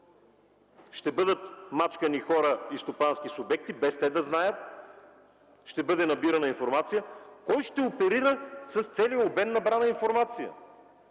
ще бъдат мачкани хора и стопански субекти, без те да знаят, ще бъде набирана информация. Кой ще оперира с целия обем набрана информация?